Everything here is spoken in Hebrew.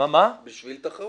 בשביל תחרות.